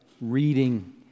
reading